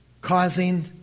causing